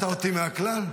הוצאת אותי מהכלל?